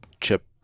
chip